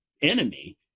enemy